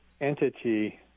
entity